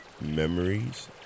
memories